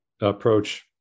approach